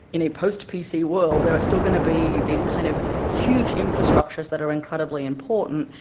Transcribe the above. in a post-pc world there are still going to be these kind of huge infrastructures that are incredibly important,